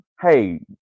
hey